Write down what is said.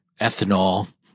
ethanol